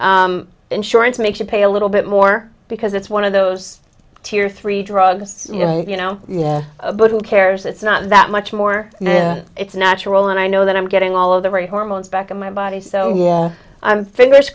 and insurance make you pay a little bit more because it's one of those tear three drugs you know you know yeah but who cares it's not that much more it's natural and i know that i'm getting all of the right hormones back in my body so yes i'm fingers